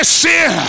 sin